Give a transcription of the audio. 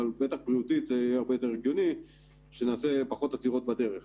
אבל בטח בריאותית זה הרבה יותר הגיוני שנעשה פחות עצירות בדרך